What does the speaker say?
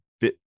bit